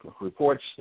reports